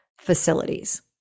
facilities